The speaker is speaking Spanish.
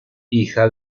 hija